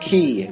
Key